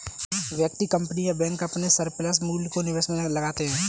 व्यक्ति, कंपनी या बैंक अपने सरप्लस मूल्य को निवेश में लगाते हैं